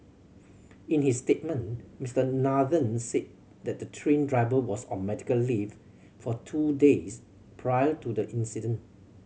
in his statement Mister Nathan say the train driver was on medical leave for two days prior to the incident